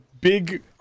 big